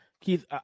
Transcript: Keith